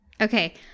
Okay